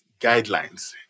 guidelines